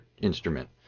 instrument